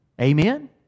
Amen